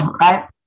right